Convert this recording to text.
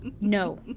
No